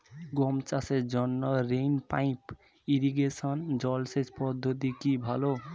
গম চাষের জন্য রেইন পাইপ ইরিগেশন জলসেচ পদ্ধতিটি কি ভালো?